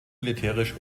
militärisch